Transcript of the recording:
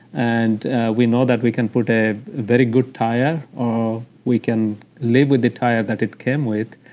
and we know that we can put a very good tire or we can live with a tire that it can wait,